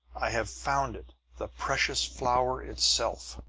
i have found it the precious flower itself!